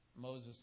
Moses